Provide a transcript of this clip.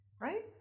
Right